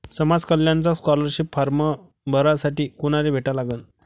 समाज कल्याणचा scholarship form भरासाठी कुनाले भेटा लागन?